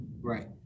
right